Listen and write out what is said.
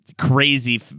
crazy